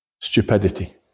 stupidity